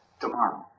tomorrow